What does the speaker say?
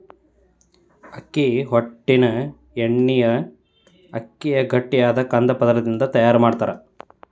ಅಕ್ಕಿ ಹೊಟ್ಟಿನ ಎಣ್ಣಿನ ಅಕ್ಕಿಯ ಗಟ್ಟಿಯಾದ ಕಂದ ಪದರದಿಂದ ತಯಾರ್ ಮಾಡ್ತಾರ